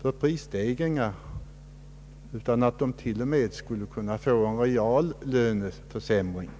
för prisstegringar utan till och med skulle kunna få en reallöneförsämring.